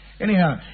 Anyhow